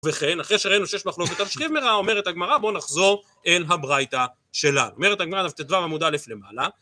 ובכן, אחרי שראינו שיש מחלוקת על שכיב מרע, אומרת הגמרא, בוא נחזור אל הברייתא שלה. אומרת הגמרא, ט"ו עמוד א' למעלה,